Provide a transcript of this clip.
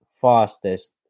fastest